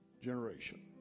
generation